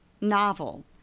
novel